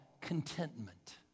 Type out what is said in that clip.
contentment